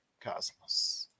Cosmos